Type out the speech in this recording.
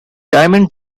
diamond